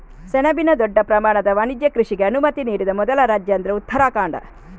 ಸೆಣಬಿನ ದೊಡ್ಡ ಪ್ರಮಾಣದ ವಾಣಿಜ್ಯ ಕೃಷಿಗೆ ಅನುಮತಿ ನೀಡಿದ ಮೊದಲ ರಾಜ್ಯ ಅಂದ್ರೆ ಉತ್ತರಾಖಂಡ